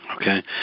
Okay